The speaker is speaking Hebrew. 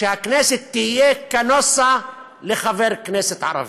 תהיה קנוסה לחבר כנסת ערבי.